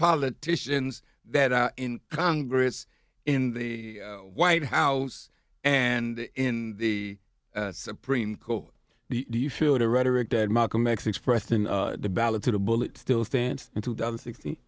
politicians that are in congress in the white house and in the supreme court you feel the rhetoric that malcolm x expressed in the ballot to the bullet still stands in to the other